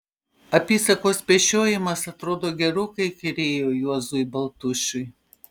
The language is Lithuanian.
apysakos pešiojimas atrodo gerokai įkyrėjo juozui baltušiui